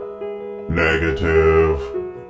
negative